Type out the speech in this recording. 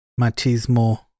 machismo